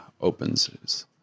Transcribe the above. opens